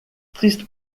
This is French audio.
triste